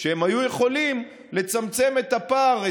והם היו יכולים לצמצם את הפער,